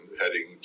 heading